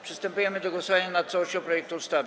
Przystępujemy do głosowania nad całością projektu ustawy.